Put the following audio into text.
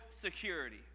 security